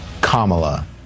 Kamala